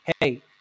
hey